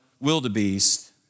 wildebeest